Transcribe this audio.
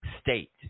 state